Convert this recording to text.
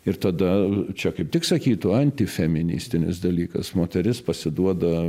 ir tada čia kaip tik sakytų anti feministinis dalykas moteris pasiduoda